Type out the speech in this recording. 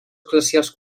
glacials